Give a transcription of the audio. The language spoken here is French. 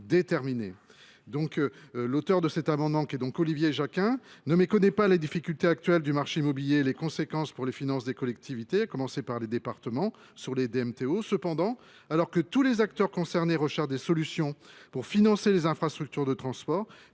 L’auteur de l’amendement, Olivier Jacquin, ne méconnaît pas les difficultés actuelles du marché immobilier et ce que cela peut signifier pour les finances des collectivités, à commencer par celles des départements qui souffrent de l’effondrement des DMTO. Alors que tous les acteurs concernés recherchent des solutions pour financer les infrastructures de transport,